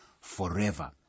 forever